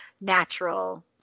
natural